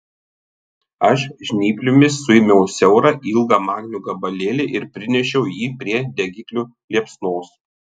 aš žnyplėmis suėmiau siaurą ilgą magnio gabalėlį ir prinešiau jį prie degiklio liepsnos